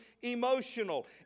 emotional